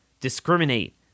discriminate